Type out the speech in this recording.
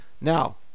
now